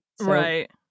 Right